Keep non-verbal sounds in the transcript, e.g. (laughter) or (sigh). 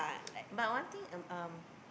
(noise) but one thing um